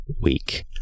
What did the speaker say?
week